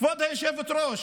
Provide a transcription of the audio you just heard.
כבוד היושב-ראש,